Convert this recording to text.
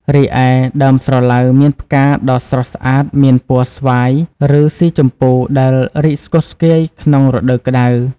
រីឯ ដើមស្រឡៅមានផ្កាដ៏ស្រស់ស្អាតមានពណ៌ស្វាយ ឬស៊ីជម្ពូ ដែលរីកស្គុះស្គាយក្នុងរដូវក្ដៅ។